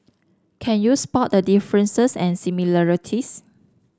can you spot the differences and similarities